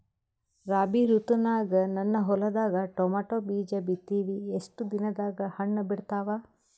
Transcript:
ರಾಬಿ ಋತುನಾಗ ನನ್ನ ಹೊಲದಾಗ ಟೊಮೇಟೊ ಬೀಜ ಬಿತ್ತಿವಿ, ಎಷ್ಟು ದಿನದಾಗ ಹಣ್ಣ ಬಿಡ್ತಾವ?